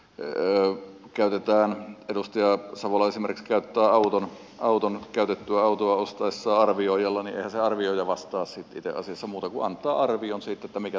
jos esimerkiksi edustaja savola käyttää käytettyä autoa ostaessaan autoa arvioijalla niin eihän se arvioija vastaa sitten itse asiassa muuten kuin antaa arvion siitä mikä se kunto on